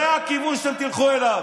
זה הכיוון שתלכו אליו.